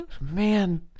man